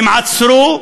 הם עצרו,